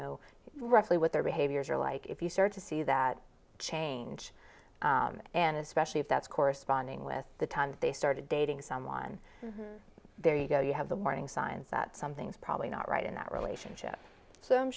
know roughly what their behaviors are like if you start to see that change and especially if that's corresponding with the times they started dating someone there you go you have the warning signs that something's probably not right in that relationship so i'm